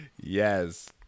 yes